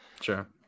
sure